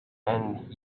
and